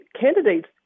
candidates